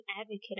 advocate